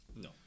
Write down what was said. no